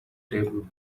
table